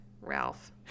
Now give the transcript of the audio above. ralph